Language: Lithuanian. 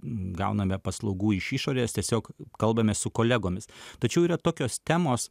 gauname paslaugų iš išorės tiesiog kalbame su kolegomis tačiau yra tokios temos